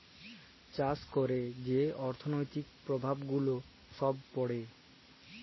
চাষ ক্যইরে যে অথ্থলৈতিক পরভাব গুলা ছব পড়ে